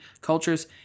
cultures